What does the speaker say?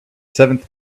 seventh